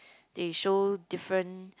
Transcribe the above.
they show different